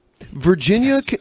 Virginia